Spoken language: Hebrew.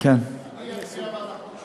אני אצביע בעד החוק שלך,